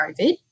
COVID